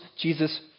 Jesus